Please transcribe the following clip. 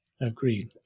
Agreed